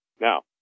Now